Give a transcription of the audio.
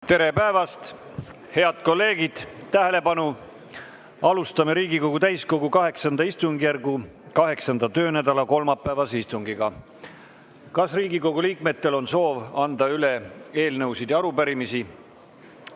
Tere päevast, head kolleegid! Tähelepanu! Alustame Riigikogu täiskogu VIII istungjärgu 8. töönädala kolmapäevast istungit. Kas Riigikogu liikmetel on soovi anda üle eelnõusid ja arupärimisi?